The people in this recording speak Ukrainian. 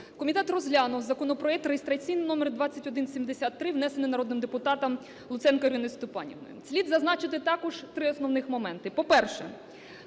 Комітет розглянув законопроект реєстраційний номер 2173, внесений народним депутатом Луценко Іриною Степанівною. Слід зазначити також три основних моменти.